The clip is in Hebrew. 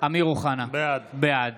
אמיר אוחנה, בעד